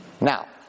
Now